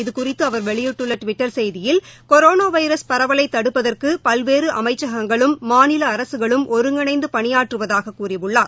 இது குறித்து அவர் வெளியிட்டுள்ள டுவிட்டர் செய்தியில் கொரோனா வைரஸ் பரவலை தடுப்பதற்கு பல்வேறு அமைச்சகங்களும் மாநில அரசுகளும் ஒருங்கிணைந்து பணியாற்றுவதாகக் கூறியுள்ளார்